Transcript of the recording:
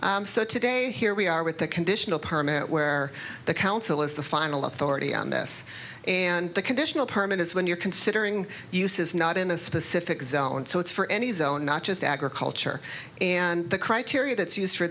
so today here we are with the conditional permit where the council is the final authority on this and the conditional permit is when you're considering uses not in a specific zone so it's for any zone not just agriculture and the criteria that's used for